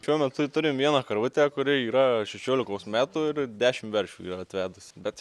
šiuo metu turim vieną karvutę kuri yra šešiolikos metų ir dešimt veršiųyra atvedus bet